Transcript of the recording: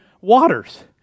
waters